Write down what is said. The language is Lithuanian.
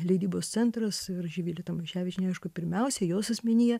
leidybos centras ir živilė tamaševičienė aišku pirmiausia jos asmenyje